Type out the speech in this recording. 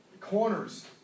corners